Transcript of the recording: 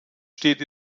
steht